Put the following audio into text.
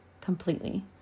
completely